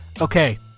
Okay